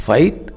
Fight